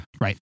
Right